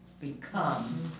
become